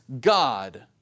God